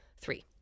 three